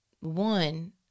one